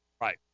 Right